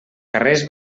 carrers